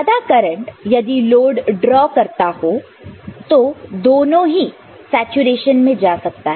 ज्यादा करंट यदि load draw करता है तो दोनों ही सैचूरेशन में जा सकता है